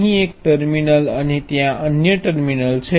અહીં એક ટર્મિનલ અને ત્યાં અન્ય ટર્મિનલ છે